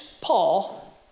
Paul